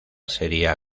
seria